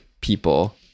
people